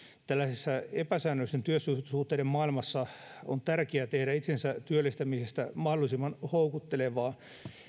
tällaisessa epäsäännöllisten työsuhteiden maailmassa on tärkeää tehdä itsensä työllistämisestä mahdollisimman houkuttelevaa